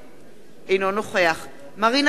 אינו נוכח מרינה סולודקין,